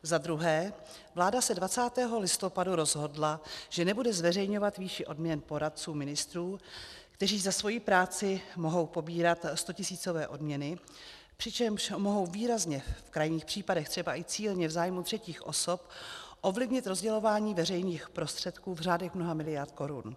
Za druhé, vláda se 20. listopadu rozhodla, že nebude zveřejňovat výši odměn poradců ministrů, kteří za svoji práci mohou pobírat stotisícové odměny, přičemž mohou výrazně, v krajních případech třeba i cíleně v zájmu třetích osob ovlivnit rozdělování veřejných prostředků v řádech mnoha miliard korun.